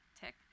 tick